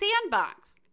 sandbox